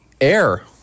Air